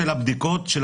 של